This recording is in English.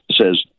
says